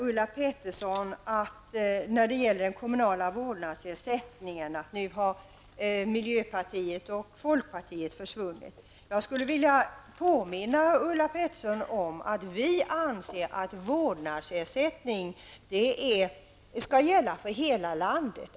Ulla Pettersson sade vidare att miljöpartiet och folkpartiet har fallit bort när det gäller den kommunala vårdnadsersättningen. Jag vill påminna Ulla Pettersson om att vi i folkpartiet anser att vårdnadsersättningen skall gälla för hela landet.